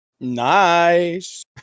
Nice